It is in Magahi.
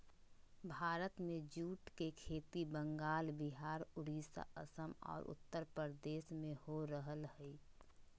भारत में जूट के खेती बंगाल, विहार, उड़ीसा, असम आर उत्तरप्रदेश में हो रहल हई